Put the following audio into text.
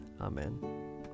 Amen